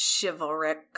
chivalric